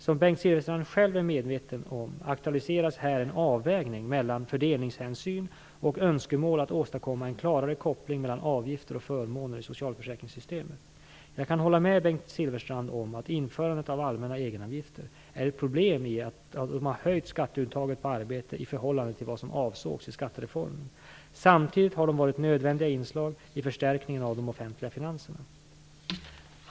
Som Bengt Silfverstrand själv är medveten om aktualiseras här en avvägning mellan fördelningshänsyn och önskemål att åstadkomma en klarare koppling mellan avgifter och förmåner i socialförsäkringssystemet. Jag kan hålla med Bengt Silfverstrand om att införandet av allmänna egenavgifter är ett problem i det att de höjt skatteuttaget på arbete i förhållande till vad som avsågs i skattereformen. Samtidigt har de varit nödvändiga inslag i förstärkningen av de offentliga finanserna.